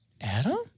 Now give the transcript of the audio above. Adam